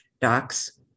docs